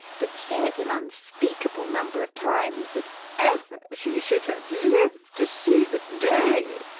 but said, an unspeakable number of times, that ever she should have lived to see the day!